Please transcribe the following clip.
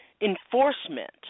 enforcement